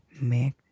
make